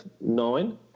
nine